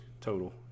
total